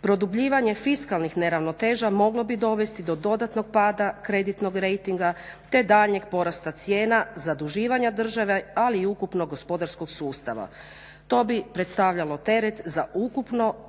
Produbljivanje fiskalnih neravnoteža moglo bi dovesti do dodatnog pada kreditnog rejtinga te daljnjeg porasta cijena, zaduživanja države ali i ukupnog gospodarskog sustava. To bi predstavljalo teret za ukupnost